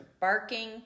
barking